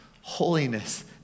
holiness